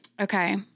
okay